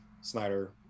snyder